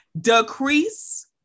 decrease